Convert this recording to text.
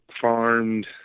farmed